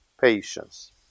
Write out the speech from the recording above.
patience